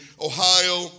Ohio